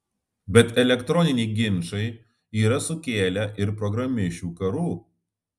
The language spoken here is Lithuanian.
bet elektroniniai ginčai yra sukėlę ir programišių karų